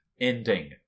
ending